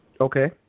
Okay